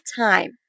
time